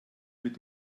mit